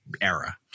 era